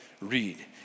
Read